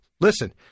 listen